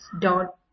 dot